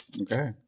Okay